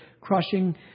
crushing